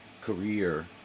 career